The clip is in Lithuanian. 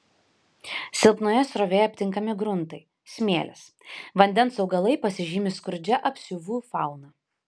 silpnoje srovėje aptinkami gruntai smėlis vandens augalai pasižymi skurdžia apsiuvų fauna